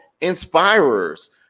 inspirers